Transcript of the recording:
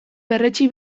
berretsi